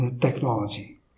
technology